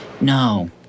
No